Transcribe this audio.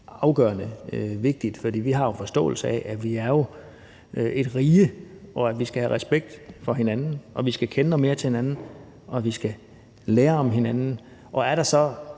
afgørende vigtigt, for vi har en forståelse af, at vi jo er ét rige. Vi skal have respekt for hinanden, vi skal kende noget mere til hinanden, og vi skal lære om hinanden, og er der så